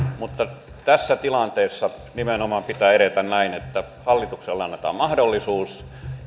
mutta tässä tilanteessa nimenomaan pitää edetä näin että hallitukselle annataan mahdollisuus